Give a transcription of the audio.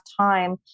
time